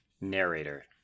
Narrator